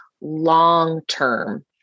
long-term